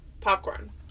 Popcorn